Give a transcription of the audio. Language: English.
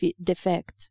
defect